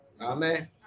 Amen